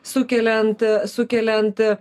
sukeliant sukeliant